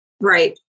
Right